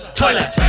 toilet